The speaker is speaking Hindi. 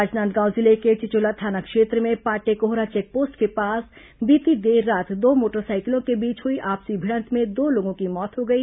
राजनांदगांव जिले के चिचोला थाना क्षेत्र में पाटेकोहरा चेकपोस्ट के पास बीती देर रात दो मोटरसाइकिलों के बीच हुई आपसी भिडंत में दो लोगों की मौत हो गई